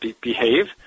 behave